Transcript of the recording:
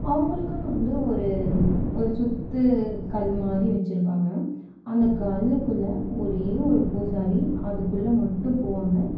அவங்களுக்குன்னு வந்து ஒரு ஒரு சுற்று கல் மாதிரி வச்சுருப்பாங்க அந்த கல்லுக்குள்ளே ஒரே ஒரு பூசாரி அதுக்குள்ளே மட்டும் போவாங்க